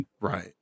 Right